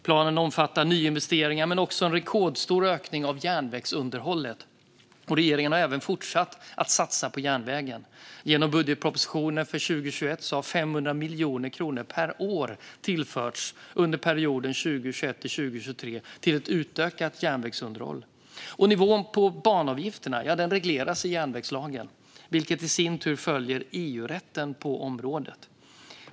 Planen omfattar nyinvesteringar men också en rekordstor ökning av järnvägsunderhållet. Regeringen har även fortsatt att satsa på järnvägen. Genom budgetpropositionen för 2021 har 500 miljoner kronor per år tillförts under perioden 2021-2023 till ett utökat järnvägsunderhåll. Nivån på banavgifterna regleras i järnvägslagen, vilken i sin tur följer EU-rätten på området.